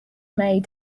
may